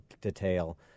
detail